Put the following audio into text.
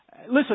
Listen